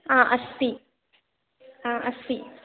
हा अस्ति हा अस्ति